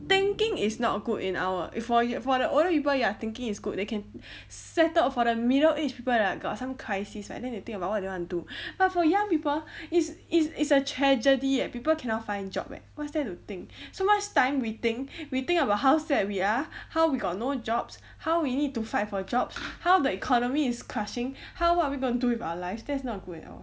thinking is not a good in our before yet for the older people ya thinking is good they can settle for the middle aged people lah got some crisis right and then they think about what they want to do well but for young people it's it's it's a tragedy eh people cannot find job leh what's there to think so much time we think we think about how sad we are how we got no jobs how we need to fight for jobs how the economy is crushing how what are we going to do with our lives there's not good in our